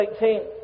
18